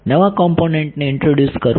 નવા કોમ્પોનેન્ટને ઈન્ટ્રોડ્યુસ કરવું